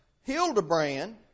Hildebrand